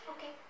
Okay